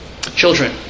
Children